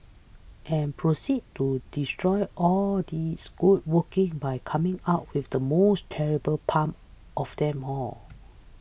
and proceeded to destroy all its good working by coming up with the most terrible pun of them all